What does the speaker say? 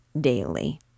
daily